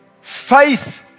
faith